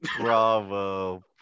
Bravo